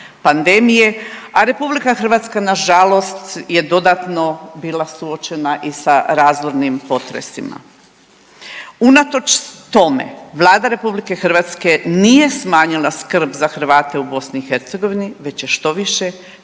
pandemije a RH na žalost je dodatno bila suočena i sa razornim potresima. Unatoč tome Vlada RH nije smanjila skrb za Hrvate u BiH već je štoviše